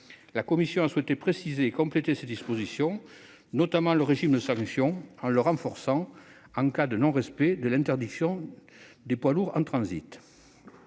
La commission a souhaité préciser et compléter ces dispositions, notamment le régime de sanctions, en le renforçant en cas de non-respect de l'interdiction du transit